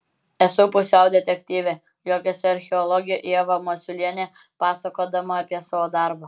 esu pusiau detektyvė juokiasi archeologė ieva masiulienė pasakodama apie savo darbą